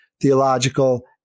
theological